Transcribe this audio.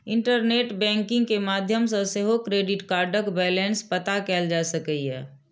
internet banking के माध्यम सं सेहो क्रेडिट कार्डक बैलेंस पता कैल जा सकैए